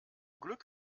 glück